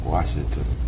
Washington